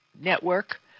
network